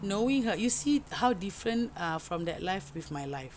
knowing her you see how different ah from that live with my live